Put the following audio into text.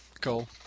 Cool